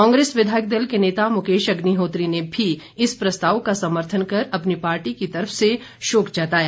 कांग्रेस विधायक दल के नेता मुकेश अग्निहोत्री ने भी इस प्रस्ताव का समर्थन कर अपनी पार्टी की तरफ से शोक जताया